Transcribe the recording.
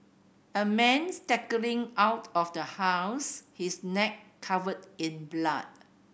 a man staggering out of the house his neck covered in blood